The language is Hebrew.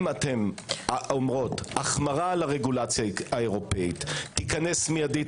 אם אתן אומרות: החמרה על הרגולציה האירופאית תיכנס מיידית